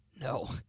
no